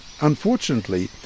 Unfortunately